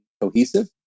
cohesive